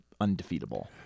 undefeatable